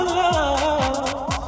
love